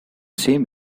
same